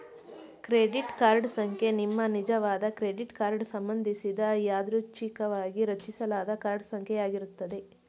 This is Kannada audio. ಕ್ರೆಡಿಟ್ ಕಾರ್ಡ್ ಸಂಖ್ಯೆ ನಿಮ್ಮನಿಜವಾದ ಕ್ರೆಡಿಟ್ ಕಾರ್ಡ್ ಸಂಬಂಧಿಸಿದ ಯಾದೃಚ್ಛಿಕವಾಗಿ ರಚಿಸಲಾದ ಕಾರ್ಡ್ ಸಂಖ್ಯೆ ಯಾಗಿರುತ್ತೆ